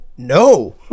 No